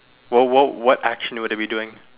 what what what action would it be doing